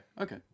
okay